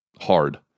Hard